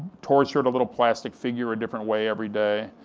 tortured a little plastic figure a different way every day,